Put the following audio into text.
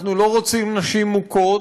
אנחנו לא רוצים נשים מוכות,